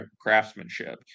craftsmanship